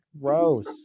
Gross